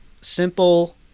simple